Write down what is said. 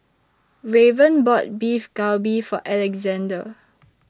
Raven bought Beef Galbi For Alexandr